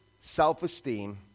self-esteem